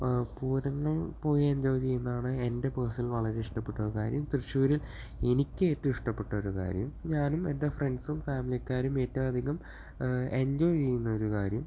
പൂരങ്ങൾ പോയി എൻജോയ് ചെയ്യുന്നതാണ് എൻ്റെ പേഴ്സണൽ വളരെ ഇഷ്ടപ്പെട്ട ഒരു കാര്യം തൃശ്ശൂരിൽ എനിക്ക് ഏറ്റവും ഇഷ്ടപ്പെട്ട ഒരു കാര്യം ഞാനും എൻ്റെ ഫ്രണ്ട്സും ഫാമിലിക്കാരും ഏറ്റവും അധികം എൻജോയ് ചെയ്യുന്ന ഒരു കാര്യം